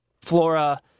flora